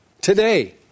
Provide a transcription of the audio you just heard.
Today